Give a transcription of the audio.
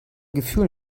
gefühl